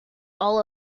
all